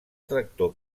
tractor